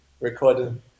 recording